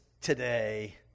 today